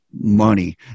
money